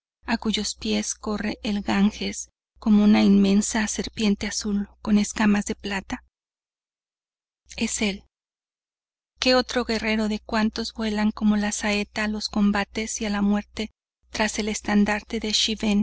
a cuyos pies corre el ganges como un inmensa serpiente azul con escamas de plata él es que otro guerrero de cuantos vuelan como la saeta a los combates y a la muerte tras el estandarte de